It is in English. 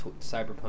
Cyberpunk